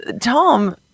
Tom